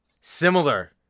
similar